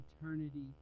eternity